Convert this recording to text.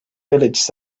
this